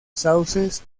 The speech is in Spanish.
sauces